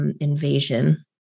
invasion